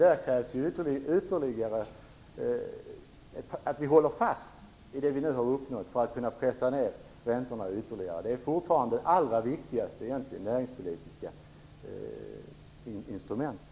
Där krävs att vi håller fast i det vi har uppnått för att kunna pressa ned räntorna ytterligare. Det är fortfarande det allra viktigaste näringspolitiska instrumentet.